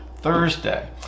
thursday